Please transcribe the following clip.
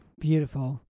Beautiful